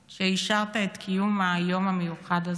שאישרת את קיום היום המיוחד הזה,